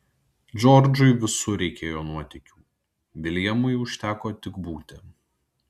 džordžui visur reikėjo nuotykių viljamui užteko tik būti